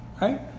Right